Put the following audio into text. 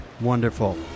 Wonderful